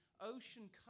ocean